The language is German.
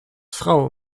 frau